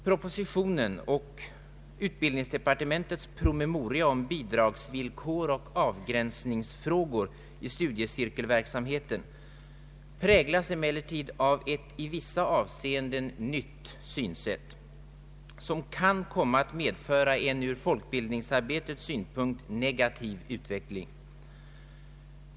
Proposition nr 35 och utbildningsdepartementets PM om bidragsvillkor och avgränsningsfrågor i studiecirkelverksamheten präglas emellertid av ett i vissa avseenden nytt synsätt som kan komma att medföra en ur folkbildningsarbetets synpunkt negativ utveckling.